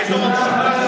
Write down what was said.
תודה,